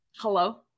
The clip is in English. Hello